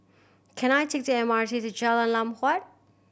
can I take the M R T to Jalan Lam Huat